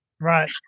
Right